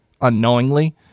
unknowingly